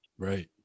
Right